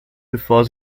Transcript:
bevor